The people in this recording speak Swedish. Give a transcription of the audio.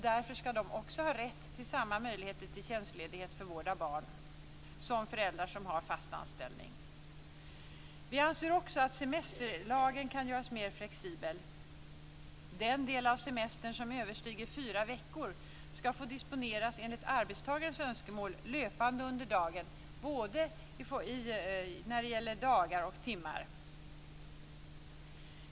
Därför skall också de ha samma möjligheter till rätt till tjänstledighet för vård av barn som föräldrar som har fast anställning. Vi anser också att semesterlagen kan göras mer flexibel. Den del av semestern som överstiger fyra veckor skall få disponeras enligt arbetstagarens önskemål löpande under året i både dagar och timmar.